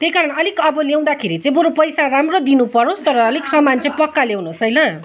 त्यही कारण अलिक अब लगाउँदाखेरि चाहिँ बरु अलिक पैसा राम्रो दिनु परोस् तर अलिक सामान चाहिँ पक्का ल्याउनुहोस् है ल